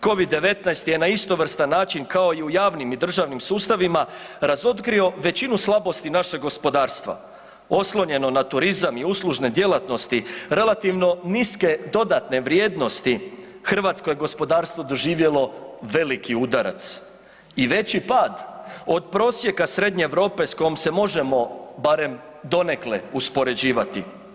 Covid-19 je na istovrstan način kao i u javnim i državnim sustavima razotkrio većinu slabosti našeg gospodarstva oslonjeno na turizam i uslužne djelatnosti relativno niske dodatne vrijednosti hrvatsko je gospodarstvo doživjelo veliki udarac i veći pad od prosjeka srednje Europe s kojom se možemo barem donekle uspoređivati.